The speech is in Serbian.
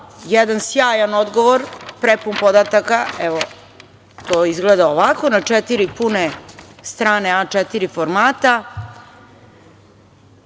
jedan sjajan odgovor, prepun podataka, evo, to izgleda ovako, na četiri pune strane A-4 formata